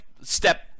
step